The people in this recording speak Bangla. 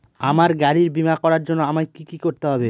আমার গাড়ির বীমা করার জন্য আমায় কি কী করতে হবে?